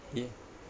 yeah